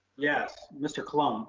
yes, mr. colon,